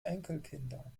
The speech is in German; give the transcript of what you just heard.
enkelkinder